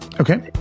Okay